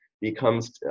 becomes